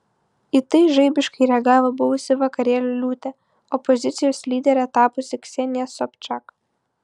į tai žaibiškai reagavo buvusi vakarėlių liūtė opozicijos lydere tapusi ksenija sobčak